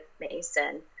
Mason